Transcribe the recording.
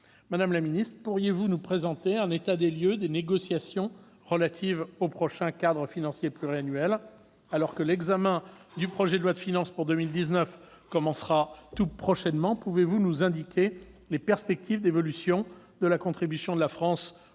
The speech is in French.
Madame la ministre, pourriez-vous nous présenter un état des lieux des négociations relatives au prochain cadre financier pluriannuel ? Alors que l'examen du projet de loi de finances pour 2019 commencera prochainement, pouvez-vous nous indiquer les perspectives d'évolution de la contribution de la France